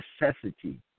necessity